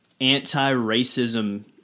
anti-racism